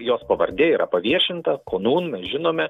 jos pavardė yra paviešinta konūn mes žinome